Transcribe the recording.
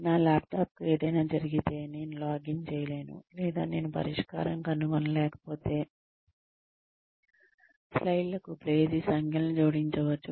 నా ల్యాప్టాప్కు ఏదైనా జరిగితే నేను లాగిన్ చేయలేను లేదా నేను పరిష్కారం కనుగొనలేకపోతే స్లైడ్లకు పేజీ సంఖ్యలను జోడించవచ్చు